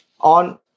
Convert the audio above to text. On